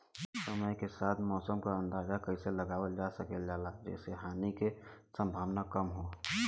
समय के साथ मौसम क अंदाजा कइसे लगावल जा सकेला जेसे हानि के सम्भावना कम हो?